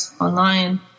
online